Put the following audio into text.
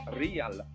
real